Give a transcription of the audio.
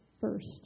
first